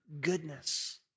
goodness